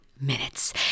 minutes